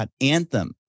Anthem